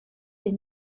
des